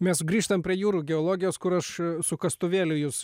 mes grįžtam prie jūrų geologijos kur aš su kastuvėliu jus